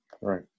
Right